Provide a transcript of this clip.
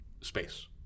space